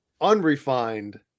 unrefined –